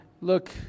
look